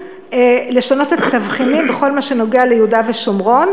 לשנות את התבחינים בכל מה שנוגע ליהודה ושומרון.